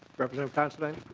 representative considine